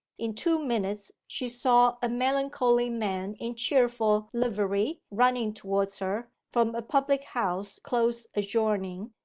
in two minutes she saw a melancholy man in cheerful livery running towards her from a public-house close adjoining,